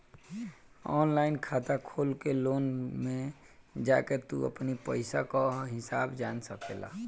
online खाता खोल के लोन में जाके तू अपनी पईसा कअ हिसाब जान सकेला